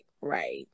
right